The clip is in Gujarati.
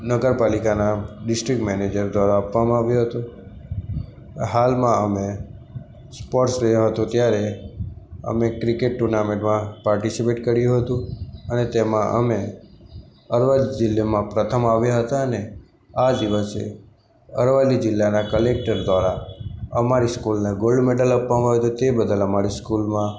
નગરપાલિકાના ડિસ્ટ્રિક્ટ મૅનેજર દ્વારા આપવામાં આવ્યું હતું હાલમાં અમે સ્પોર્ટ્સ ડે હતો ત્યારે અમે ક્રિકેટ ટુર્નામેન્ટમાં પાર્ટિસિપેટ કર્યું હતું અને તેમાં અમે હળવદ જિલ્લામાં પ્રથમ આવ્યા હતા અને આ દિવસે અરવલ્લી જિલ્લાના કલૅકટર દ્વારા અમારી સ્કૂલને ગોલ્ડ મૅડલ આપવામાં આવ્યું હતું તે બદલ અમારી સ્કૂલમાં